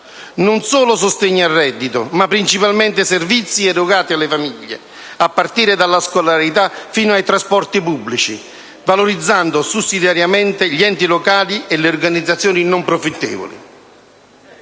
non solo a sostegno del reddito, ma principalmente in termini di servizi erogati alle famiglie, a partire dalla scolarità fino ai trasporti pubblici, valorizzando sussidiariamente gli enti locali e le organizzazioni non profittevoli.